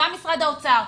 גם משרד האוצר,